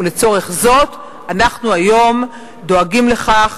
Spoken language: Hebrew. ולצורך זאת אנחנו היום דואגים לכך